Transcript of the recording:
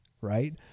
right